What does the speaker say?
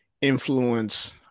influence